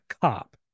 cop